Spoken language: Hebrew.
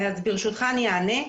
ברשותך, אני אענה.